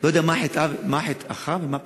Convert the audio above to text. לא יודע מה חטאך ומה פשעך,